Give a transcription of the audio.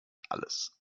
alles